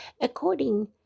According